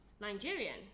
Nigerian